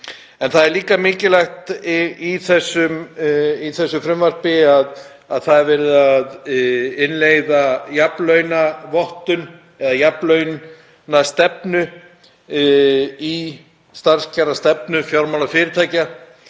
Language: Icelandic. inn. Það er líka mikilvægt í frumvarpinu að verið er að innleiða jafnlaunavottun eða jafnlaunastefnu í starfskjarastefnu fjármálafyrirtækja;